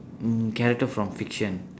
mm character from fiction